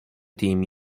team